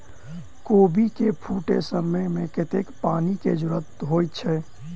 कोबी केँ फूटे समय मे कतेक पानि केँ जरूरत होइ छै?